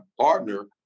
partner